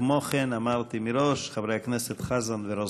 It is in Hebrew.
כמו כן, אמרתי מראש, חברי הכנסת חזן ורוזנטל.